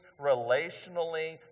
relationally